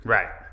Right